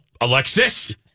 Alexis